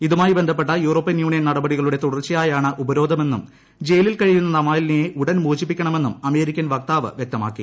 ഇതുമായി ബന്ധപ്പെട്ട European Union നടപടികളുടെ ് തുടർച്ചയായാണ് ഉപരോധമെന്നും ജയിലിൽ കഴിയുന്ന നവാൽനിയെ ഉടൻ മോചിപ്പിക്കണെമന്നും അമേരിക്കൻ വക്താവ് വ്യക്തമാക്കി